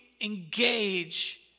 engage